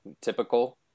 typical